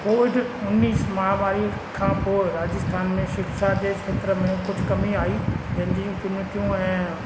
Covid उन्नीस महामारी खां पोइ राजस्थान में शिक्षा जे क्षेत्र में कुझु कमी आई जंहिं जूं चुनौतियूं ऐं